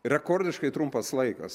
rekordiškai trumpas laikas